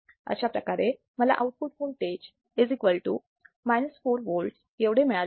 अशाप्रकारे मला output voltage 4 volts एवढे मिळाले असते